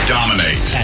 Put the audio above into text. Dominate